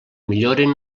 millorin